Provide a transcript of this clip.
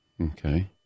Okay